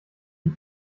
die